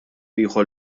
ieħor